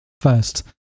first